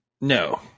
No